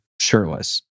shirtless